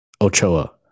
Ochoa